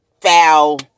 foul